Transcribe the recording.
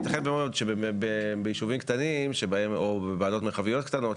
ייתכן מאוד שביישובים קטנים או בוועדות מרחביות קטנות,